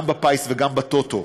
גם ב"פיס" וגם ב"טוטו"